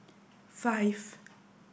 five